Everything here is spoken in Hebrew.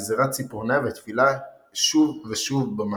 גזירת ציפורניה וטבילה שוב ושוב במים.